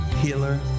healer